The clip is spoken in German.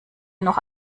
noch